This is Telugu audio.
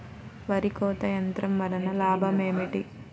వరి కోత యంత్రం వలన లాభం ఏమిటి?